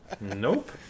nope